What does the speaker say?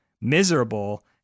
miserable